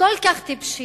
כל כך טיפשית?